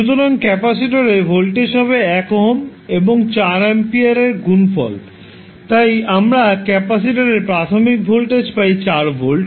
সুতরাং ক্যাপাসিটার এ ভোল্টেজ হবে 1 ওহম আর 4 এমপিয়ার এর গুনফল তাই আমরা ক্যাপাসিটর এ প্রাথমিক ভোল্টেজ পাই 4 ভোল্ট